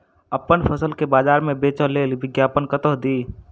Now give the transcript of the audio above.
अप्पन फसल केँ बजार मे बेच लेल विज्ञापन कतह दी?